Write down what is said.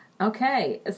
Okay